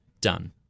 done